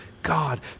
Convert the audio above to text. God